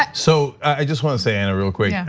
but so i just wanna say, anna, real quick. yeah